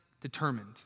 determined